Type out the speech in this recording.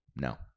No